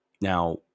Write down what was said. Now